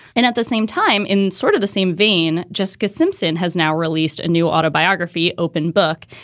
and at the same time, in sort of the same vein, jessica simpson has now released a new autobiography, open book.